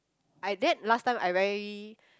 I did last time I very